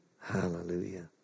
Hallelujah